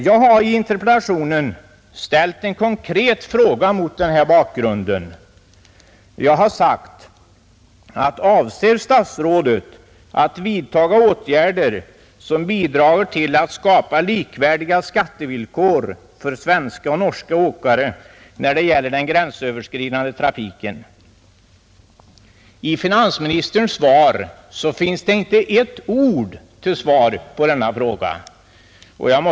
Jag har i interpellationen ställt en konkret fråga mot den här bakgrunden: Avser statsrådet att vidtaga åtgärder som bidrager till att skapa likvärdiga skattevillkor för svenska och norska åkare när det gäller den gränsöverskridande trafiken? I finansministerns anförande fanns inte ett ord till svar på denna fråga.